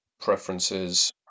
preferences